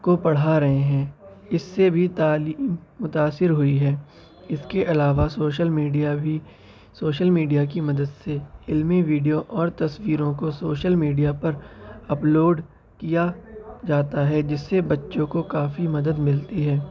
کو پڑھا رہے ہیں اس سے بھی تعلیم متأثر ہوئی ہے اس کے علاوہ سوشل میڈیا بھی سوشل میڈیا کی مدد سے علمی ویڈیو اور تصویروں کو سوشل میڈیا پر اپلوڈ کیا جاتا ہے جس سے بچوں کو کافی مدد ملتی ہے